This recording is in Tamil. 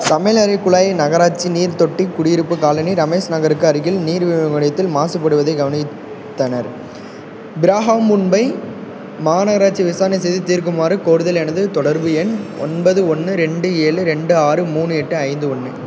சமையலறை குழாய் நகராட்சி நீர் தொட்டி குடியிருப்பு காலனி ரமேஷ் நகருக்கு அருகில் நீர் விநியோகத்தில் மாசுபடுவதைக் கவனித்தனர் பிரஹன்மும்பை மாநகராட்சி விசாரணை செய்து தீர்க்குமாறு கோருதல் எனது தொடர்பு எண் ஒன்பது ஒன்று ரெண்டு ஏழு ரெண்டு ஆறு மூணு எட்டு ஐந்து ஒன்று